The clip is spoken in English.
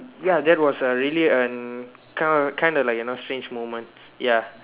ya that was a really an kind kind of like you know strange moment ya